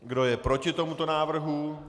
Kdo je proti tomuto návrhu?